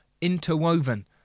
interwoven